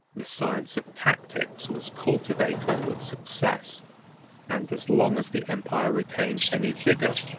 the science of tactics was cultivated with success and as long as the empire retained any vigor,